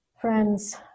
Friends